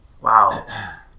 Wow